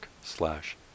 slash